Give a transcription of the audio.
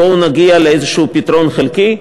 בואו נגיע לאיזשהו פתרון חלקי,